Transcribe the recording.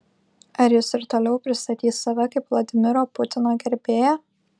ar jis ir toliau pristatys save kaip vladimiro putino gerbėją